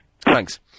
Thanks